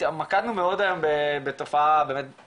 התמקדנו מאוד היום בתופעה של